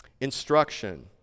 Instruction